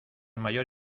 mayor